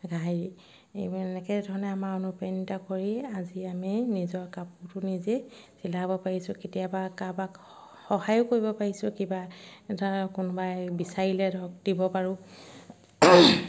হেৰি এই এনেকে ধৰণে আমাৰ অনুপ্ৰাণিত কৰি আজি আমি নিজৰ কাপোৰটো নিজে চিলাব পাৰিছোঁ কেতিয়াবা কাৰোবাক সহায়ো কৰিব পাৰিছোঁ কিবা ধৰক কোনোবাই বিচাৰিলে ধৰক দিব পাৰোঁ